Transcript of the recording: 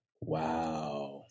Wow